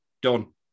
Done